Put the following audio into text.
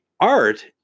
art